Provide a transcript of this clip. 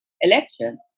elections